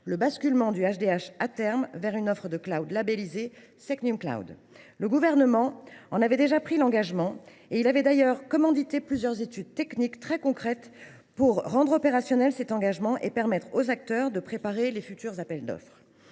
le basculement du HDH, à terme, vers une offre de labellisée SecNumCloud. Le Gouvernement avait déjà pris cet engagement. Il avait d’ailleurs commandité plusieurs études techniques très concrètes pour rendre cette annonce opérationnelle et permettre aux acteurs de préparer les futurs appels d’offres.